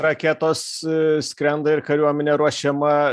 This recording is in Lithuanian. raketos skrenda ir kariuomenė ruošiama